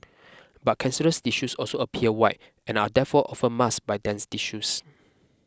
but cancerous tissues also appear white and are therefore often masked by dense tissues